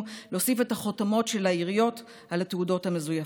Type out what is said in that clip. להוסיף את החותמות של העיריות על התעודות המזויפות.